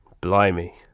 Blimey